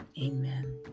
Amen